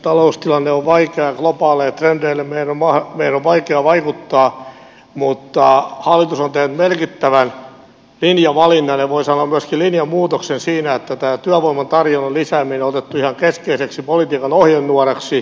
taloustilanne on vaikea ja globaaleihin trendeihin meidän on vaikea vaikuttaa mutta hallitus on tehnyt merkittävän linjavalinnan ja voi sanoa myöskin linjanmuutoksen siinä että työvoiman tarjonnan lisääminen on otettu ihan keskeiseksi politiikan ohjenuoraksi